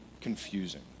confusing